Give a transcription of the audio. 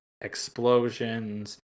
explosions